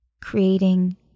creating